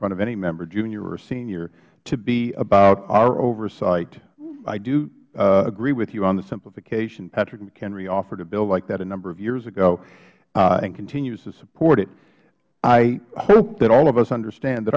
front of any member junior or senior to be about our oversight i do agree with you on the simplification patrick mchenry offered a bill like that a number of years ago and continues to support it i hope that all of us understand that